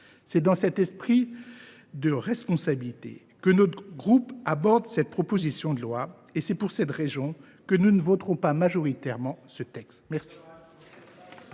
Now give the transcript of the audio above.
C’est dans cet esprit de responsabilité que notre groupe aborde cette proposition de loi, et c’est pour cette raison que nous ne la soutiendrons pas majoritairement. La parole